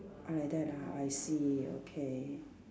uh like that ah I see okay